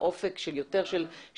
אופק של שוויוניות.